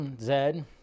Zed